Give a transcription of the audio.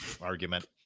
argument